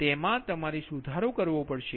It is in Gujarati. તેથી તેમા તમારે સુધારો કરવો પડશે